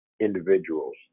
individuals